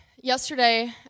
yesterday